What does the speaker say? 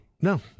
No